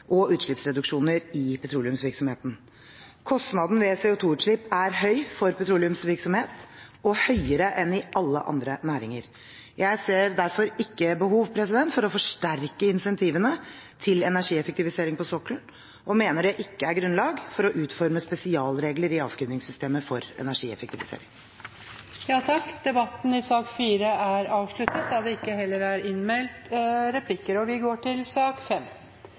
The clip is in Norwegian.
og utslippsreduksjoner i petroleumsvirksomheten. Kostnaden ved CO2-utslipp er høy for petroleumsvirksomhet og høyere enn i alle andre næringer. Jeg ser derfor ikke behov for å forsterke incentivene til energieffektivisering på sokkelen og mener det ikke er grunnlag for å utforme spesialregler i avskrivningssystemet for energieffektivisering. Flere har ikke bedt om ordet til sak nr. 4. Ingen har bedt om ordet. Etter ønske fra helse- og